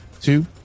two